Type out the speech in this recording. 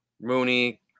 Mooney